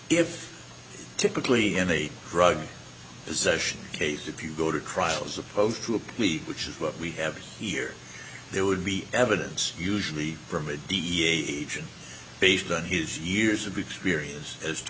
if typically in a drug possession case if you go to trial as opposed to a plea which is what we have here there would be evidence usually from a d e agent based on his years of experience as to